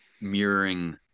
mirroring